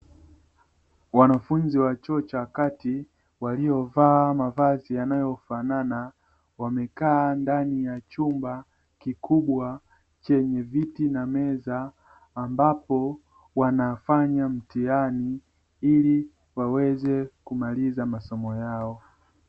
Wanafunzi wa chuo cha kati waliovaa mavazi yanayofanana ,wamekaa ndani ya chumba kikubwa chenye viti na meza, ambapo wanafanya mtihani ili waweze kumaliza masomo yao.